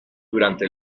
durante